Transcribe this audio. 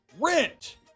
rent